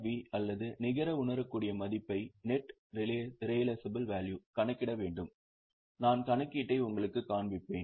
we அல்லது நிகர உணரக்கூடிய மதிப்பைக் கணக்கிட வேண்டும் நான் கணக்கீட்டை உங்களுக்குக் காண்பிப்பேன்